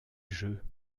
jeux